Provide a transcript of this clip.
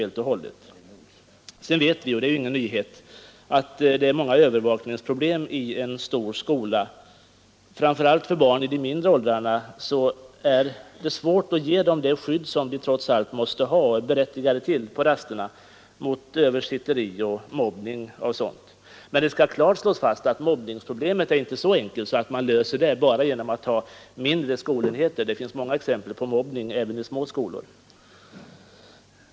Vi vet också — det är heller ingen nyhet — att det finns många övervakningsproblem i en stor skola. Man kan inte ge barnen, framför allt i de lägre åldrarna, det skydd mot översitteri och mobbning som de trots allt måste ha och är berättigade till på rasterna. Det skall emellertid klart slås fast att mobbningsproblemet inte är så enkelt att man löser det bara genom att ha mindre skolenheter. Det finns många exempel på mobbning även i små skolor.